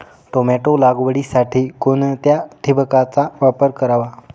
Tomato लागवडीसाठी कोणत्या ठिबकचा वापर करावा?